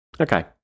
Okay